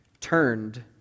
turned